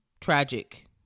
tragic